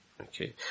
Okay